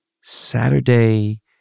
Saturday